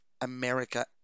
America